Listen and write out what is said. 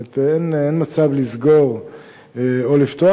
זאת אומרת אין מצב לסגור או לפתוח,